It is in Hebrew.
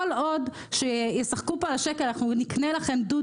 כל עוד ישחקו פה על השקל נקנה לכם דוד